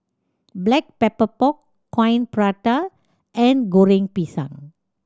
Black Pepper Pork Coin Prata and Goreng Pisang